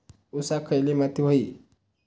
ऊसाक खयली माती व्हयी?